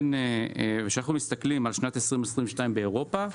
כשאנחנו מסתכלים על שנת 2022 באירופה,